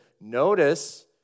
Notice